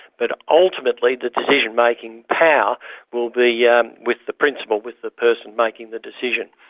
but ultimately the decision-making power will be yeah with the principal, with the person making the decision.